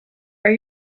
are